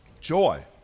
Joy